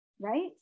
right